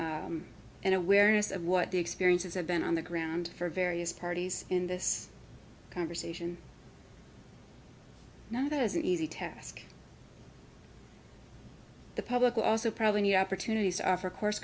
and awareness of what the experiences have been on the ground for various parties in this conversation not as an easy task the public will also probably need opportunities after course